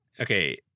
Okay